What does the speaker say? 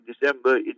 December